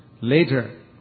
later